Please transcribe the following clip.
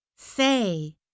say